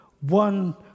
one